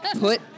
Put